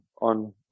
on